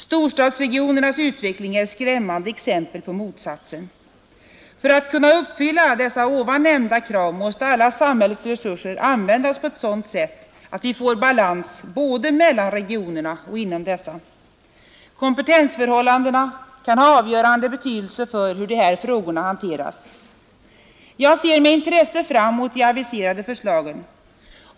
Storstadsregionernas utveckling är ett skrämmande exempel på motsatsen. För att kunna uppfylla här nämnda krav måste alla samhällets resurser användas på ett sådant sätt att vi får balans både mellan regionerna och inom dessa. Kompetensförhållandena kan ha avgörande betydelse för hur dessa frågor hanteras. Jag ser med intresse fram mot de aviserade förslagen.